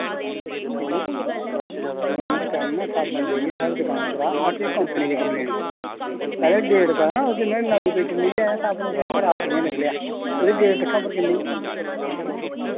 दिक्खयो तुसैं इय्यां करना साबन लेइयै साढ़ी दुकान उप्परा अस कोम्पनी गी कम्प्लेन करगे पैह्ले डेट पढ़ो ना उस दिन मैं नमीं पेटी लेइयै आया साबन उ'दे चा खराब कि'यां निकले या उ'दी डेट दिक्खां उप्पर किन्नी ऐ